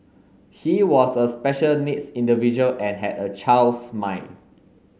he was a special needs individual and had a child's mind